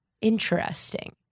Interesting